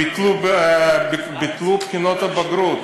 ביטלו את בחינות הבגרות.